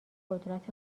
قدرت